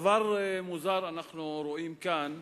דבר מוזר אנחנו רואים כאן,